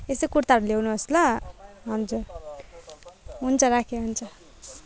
यस्तै कुर्ताहरू ल्याउनुहोस् ल हजुर हुन्छ राखेँ हुन्छ